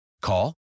Call